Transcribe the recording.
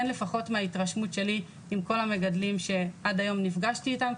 לפחות מההתרשמות שלי מכל המגדלים שעד היום נפגשתי איתם,